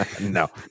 no